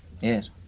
yes